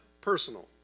personal